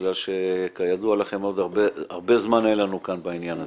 מאחר שכידוע לכם הרבה זמן אין לנו כאן בעניין הזה.